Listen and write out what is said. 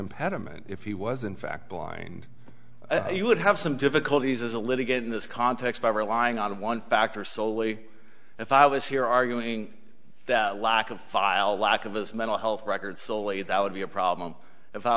impediment if he was in fact blind you would have some difficulties as a litigant in this context by relying on one factor solely if i was here arguing that lack of file lack of his mental health record solely that would be a problem if i